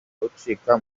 ucika